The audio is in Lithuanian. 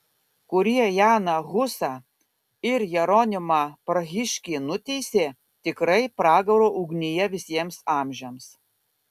kurie janą husą ir jeronimą prahiškį nuteisė tikrai pragaro ugnyje visiems amžiams